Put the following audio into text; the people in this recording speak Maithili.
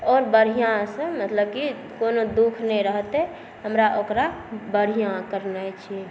आओर बढ़िआँसँ मतलब कि कोनो दुख नहि रहतै हमरा ओकरा बढ़िआँ करनाइ छिए